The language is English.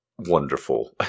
Wonderful